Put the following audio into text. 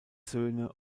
söhne